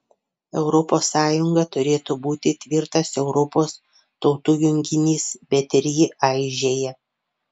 europos sąjunga turėtų būti tvirtas europos tautų junginys bet ir ji aižėja